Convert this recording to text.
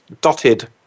dotted